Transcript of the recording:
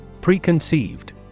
Preconceived